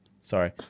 Sorry